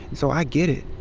so i get it.